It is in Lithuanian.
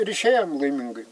ir išėjom laimingai